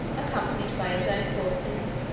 accompanied by his own forces,